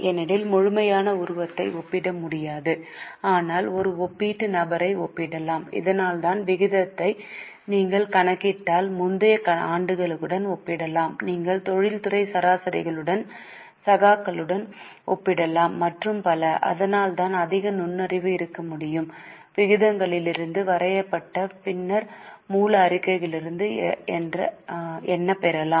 ஏனெனில் முழுமையான உருவத்தை ஒப்பிட முடியாது ஆனால் ஒரு ஒப்பீட்டு நபரை ஒப்பிடலாம் அதனால்தான் விகிதத்தை நீங்கள் கணக்கிட்டால் முந்தைய ஆண்டுகளுடன் ஒப்பிடலாம் நீங்கள் தொழில்துறை சராசரிகளுடன் சகாக்களுடன் ஒப்பிடலாம் மற்றும் பல அதனால்தான் அதிக நுண்ணறிவு இருக்க முடியும் விகிதங்களிலிருந்து வரையப்பட்ட பின்னர் மூல அறிக்கைகளிலிருந்து என்ன பெறலாம்